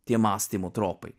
tie mąstymo tropai